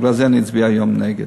בגלל זה אני אצביע היום נגד.